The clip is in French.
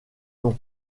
nom